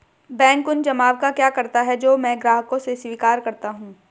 Bank उन जमाव का क्या करता है जो मैं ग्राहकों से स्वीकार करता हूँ?